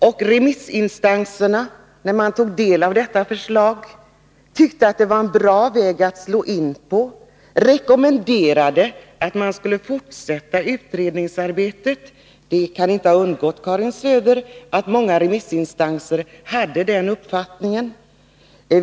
När remissinstanserna tog del av detta förslag tyckte de att det var en bra väg att slå in på och rekommenderade att man skulle fortsätta utredningsarbetet. Det kan inte ha undgått Karin Söder att många remissinstanser hade den uppfattningen.